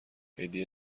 هدیه